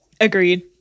agreed